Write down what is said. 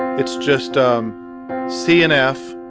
it's just um cnf,